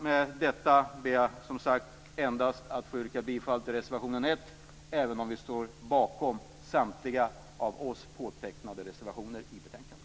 Med detta ber jag som sagt att få yrka bifall endast till reservation 1, även om vi står bakom samtliga av oss påtecknade reservationer i betänkandet.